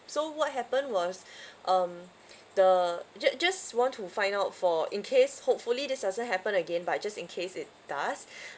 so what happened was um the ju~ just want to find out for in case hopefully this doesn't happen again but just in case it does